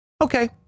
Okay